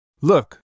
Look